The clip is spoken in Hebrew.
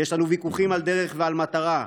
יש לנו ויכוחים על דרך ועל מטרה.